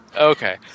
Okay